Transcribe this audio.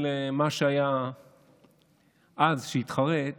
אז הניצחון של מה שהיה אז כשהתחרית